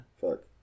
fuck